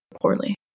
poorly